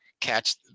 catch